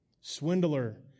swindler